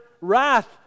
wrath